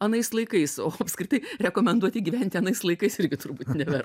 anais laikais o apskritai rekomenduoti gyventi anais laikais irgi turbūt neverta